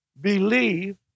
believe